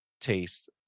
taste